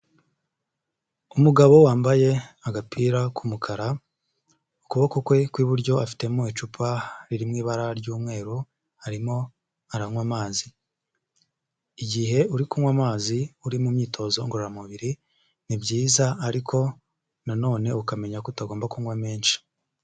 Umugabo wambaye agapira k'umukara, ukuboko kwe kw'iburyo afitemo icupa riri mu ibara ry'umweru, arimo aranywa amazi. Igihe uri kunywa amazi uri mu myitozo ngororamubiri ni byiza, ariko na none ukamenya ko utagomba kunywa menshi.